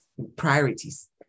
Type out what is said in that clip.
priorities